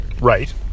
Right